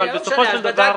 אבל בסופו של דבר --- לא משנה.